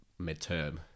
midterm